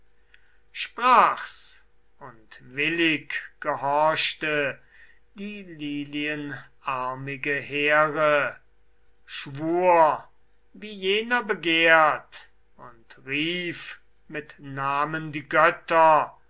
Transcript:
sprach's und willig gehorchte die lilienarmige here schwur wie jener begehrt und rief mit namen die götter